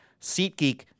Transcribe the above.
SeatGeek